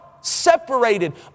separated